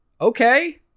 Okay